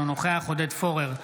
אינו נוכח עודד פורר,